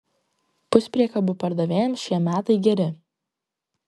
puspriekabių pardavėjams šie metai geri